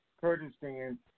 Kurdistan